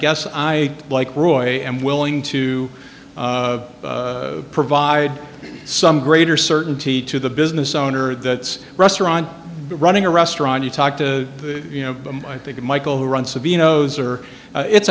guess i like roy and willing to provide some greater certainty to the business owner that's restaurant running a restaurant you talk to you know i think michael who runs